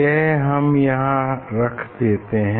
यह हम यहाँ रख देते हैं